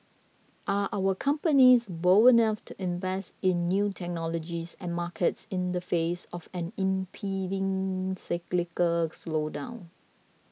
are our companies bold enough to invest in new technology and markets in the face of an impending cyclical slowdown